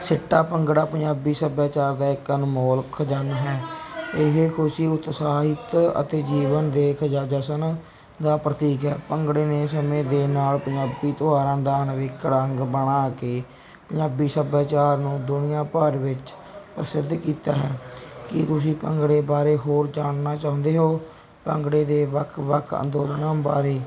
ਸਿੱਟਾ ਭੰਗੜਾ ਪੰਜਾਬੀ ਸਭਿਆਚਾਰ ਦਾ ਇੱਕ ਅਨਮੋਲ ਖਜਾਨਾ ਹੈ ਇਹ ਖੁਸ਼ੀ ਉਤਸ਼ਾਹਿਤ ਅਤੇ ਜੀਵਨ ਦੇਖ ਜਾਂ ਜਸ਼ਨ ਦਾ ਪ੍ਰਤੀਕ ਹੈ ਭੰਗੜੇ ਨੇ ਸਮੇਂ ਦੇ ਨਾਲ ਪੰਜਾਬੀ ਤਿਉਹਾਰਾਂ ਦਾ ਅਨਿੱਖੜਵਾਂ ਅੰਗ ਬਣਾ ਕੇ ਪੰਜਾਬੀ ਸੱਭਿਆਚਾਰ ਨੂੰ ਦੁਨੀਆ ਭਰ ਵਿੱਚ ਪ੍ਰਸਿੱਧ ਕੀਤਾ ਹੈ ਕੀ ਤੁਸੀਂ ਭੰਗੜੇ ਬਾਰੇ ਹੋਰ ਜਾਣਨਾ ਚਾਹੁੰਦੇ ਹੋ ਭੰਗੜੇ ਦੇ ਵੱਖ ਵੱਖ ਅੰਦੋਲਨਾਂ ਬਾਰੇ